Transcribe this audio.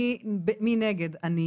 מי נגד?